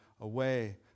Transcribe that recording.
away